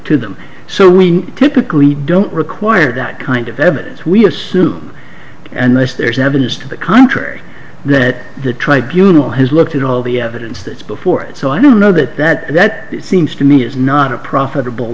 to them so we typically don't require that kind of evidence we assume unless there is evidence to the contrary that the tribunals has looked at all the evidence that's before it so i don't know that that that it seems to me is not a profitable